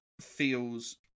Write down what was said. feels